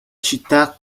città